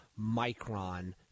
Micron